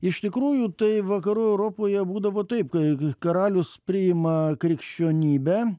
iš tikrųjų tai vakarų europoje būdavo taip k k karalius priima krikščionybę